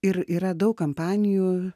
ir yra daug kampanijų